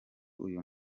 uyu